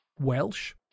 Welsh